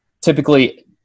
typically